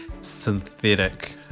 synthetic